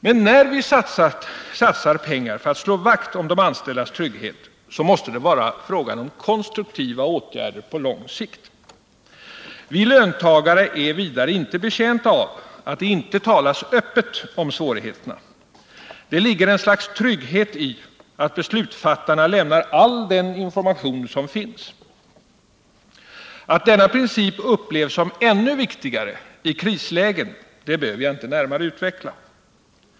Men när vi satsar pengar för att slå vakt om de anställdas trygghet, så måste det vara fråga om konstruktiva åtgärder på lång sikt. Vi löntagare är vidare inte betjänta av att det inte talas öppet om svårigheterna. Det ligger ett slags trygghet i att beslutsfattarna lämnar all den information som finns. Att denna princip upplevs som ännu viktigare i krislägen behöver jag inte närmare utveckla.